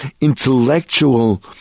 intellectual